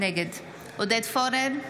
נגד עודד פורר,